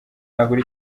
nagura